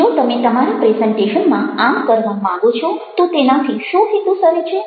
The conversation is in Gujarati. જો તમે તમારા પ્રેઝન્ટેશનમાં આમ કરવા માંગો છો તો તેનાથી શો હેતુ સરે છે